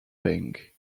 bank